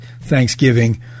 Thanksgiving